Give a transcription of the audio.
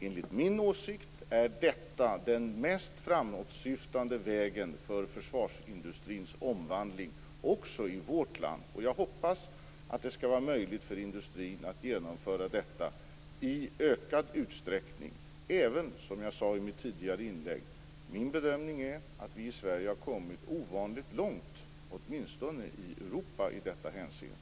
Enligt min åsikt är detta den mest framåtsyftande vägen för försvarsindustrins omvandling också i vårt land. Jag hoppas att det skall vara möjligt för industrin att genomföra detta i ökad utsträckning. Som jag sade i mitt tidigare inlägg är min bedömning att vi i Sverige har kommit ovanligt långt, åtminstone i Europa, i detta hänseende.